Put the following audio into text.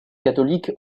catholique